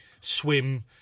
swim